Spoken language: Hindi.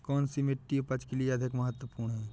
कौन सी मिट्टी उपज के लिए अधिक महत्वपूर्ण है?